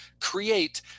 create